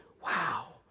Wow